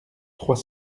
trois